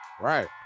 right